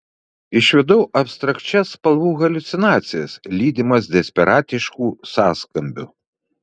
išvydau abstrakčias spalvų haliucinacijas lydimas desperatiškų sąskambių